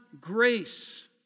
grace